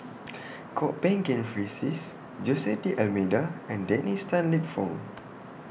Kwok Peng Kin Francis Jose D'almeida and Dennis Tan Lip Fong